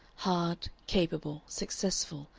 hard, capable, successful,